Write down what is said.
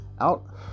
out